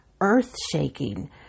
earth-shaking